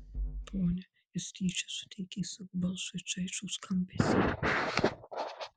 ponia jis tyčia suteikė savo balsui šaižų skambesį